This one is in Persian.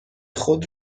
خود